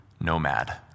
nomad